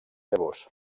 llavors